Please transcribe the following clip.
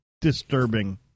disturbing